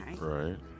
right